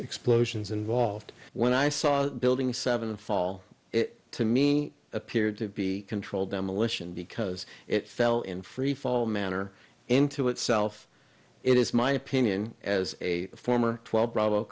explosions involved when i saw the building seven fall it to me appeared to be controlled demolition because it fell in freefall manner into itself it is my opinion as a former twelve bravo